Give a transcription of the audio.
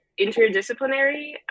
interdisciplinary